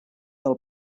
del